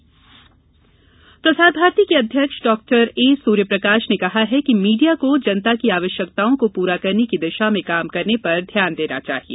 प्रसार भारती अध्यक्ष प्रसार भारती के अध्यक्ष डॉक्टर ए सूर्यप्रकाश ने कहा है कि मीडिया को जनता की आवश्यकताओं को पूरा करने की दिशा में काम करने पर ध्यान देना चाहिए